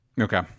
Okay